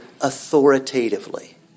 authoritatively